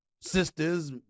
Sisters